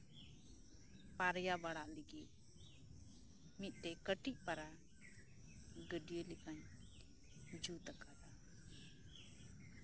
ᱜᱮᱰᱮ ᱠᱚ ᱯᱟᱭᱨᱟ ᱵᱟᱲᱟᱜ ᱞᱟᱹᱜᱤᱫ ᱢᱤᱫᱴᱮᱱ ᱠᱟᱹᱴᱤᱡ ᱯᱟᱨᱟᱝ ᱜᱟᱹᱰᱤᱭᱟᱹ ᱞᱮᱠᱟᱧ ᱡᱩᱛ ᱟᱠᱟᱫᱟ